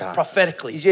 Prophetically